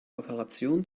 operation